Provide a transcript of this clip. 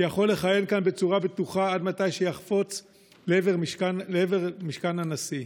שיכול לכהן כאן בצורה בטוחה עד מתי שיחפוץ לעבור למשכן הנשיא?